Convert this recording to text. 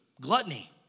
gluttony